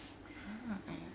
ya